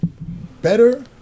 better